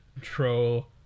Troll